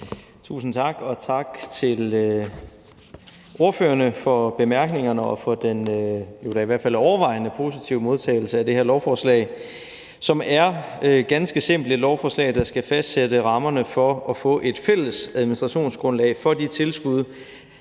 Tusind tak. Og tak til ordførerne for bemærkningerne og for den jo da i hvert fald overvejende positive modtagelse af det her lovforslag. Det er ganske enkelt et lovforslag, der skal fastsætte rammerne for at få et fælles administrationsgrundlag for de tilskud,